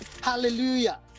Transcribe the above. Hallelujah